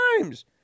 times